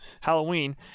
halloween